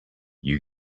you